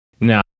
now